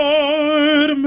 Lord